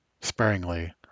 sparingly